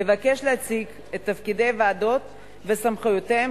אבקש להציג את תפקידי הוועדות וסמכויותיהן